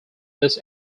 this